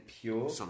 pure